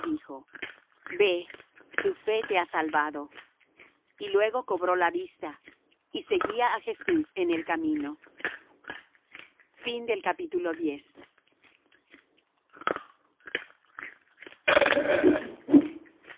dijo ve tu fe te ha salvado y luego cobró la vista y seguía á jesús en el camino y